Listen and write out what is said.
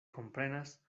komprenas